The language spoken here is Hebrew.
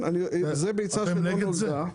אתם מתנגדים להצעה הזאת?